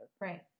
Right